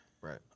Right